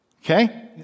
Okay